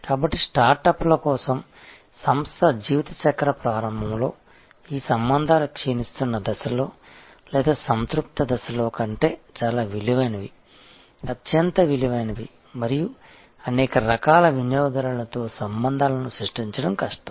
కాబట్టి స్టార్టప్ల కోసం సంస్థ జీవిత చక్రం ప్రారంభంలో ఈ సంబంధాలు క్షీణిస్తున్న దశలో లేదా సంతృప్త దశలో కంటే చాలా విలువైనవి అత్యంత విలువైనవి మరియు అనేక రకాల వినియోగదారునిలతో సంబంధాలు సృష్టించడం కష్టం